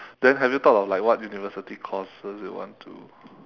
then have you thought of like what university courses you want to